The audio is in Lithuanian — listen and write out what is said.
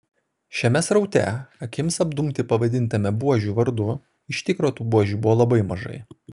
šiame sraute akims apdumti pavadintame buožių vardu iš tikro tų buožių buvo labai mažai